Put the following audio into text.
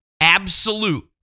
absolute